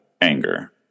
anger